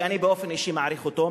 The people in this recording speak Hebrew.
ואני באופן אישי מעריך אותו,